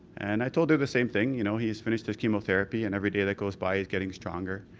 and i told her the same thing, you know, he's finished his chemotherapy and every day that goes by he's getting stronger,